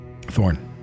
Thorn